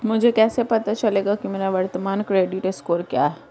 मुझे कैसे पता चलेगा कि मेरा वर्तमान क्रेडिट स्कोर क्या है?